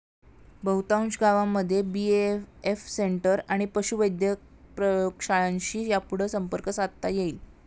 बहुतांश गावांमध्ये BAF centre आणि पशुवैद्यक प्रयोगशाळांशी यापुढं संपर्क साधता येईल